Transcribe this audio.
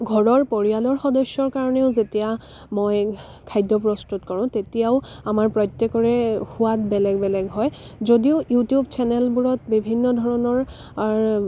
ঘৰৰ পৰিয়ালৰ সদস্যৰ কাৰণেও যেতিয়া মই খাদ্য প্ৰস্তুত কৰোঁ তেতিয়াও আমাৰ প্ৰত্যেকৰে সোৱাদ বেলেগ বেলেগ হয় যদিও ইউটিউব চেনেলবোৰত বিভিন্ন ধৰণৰ আৰ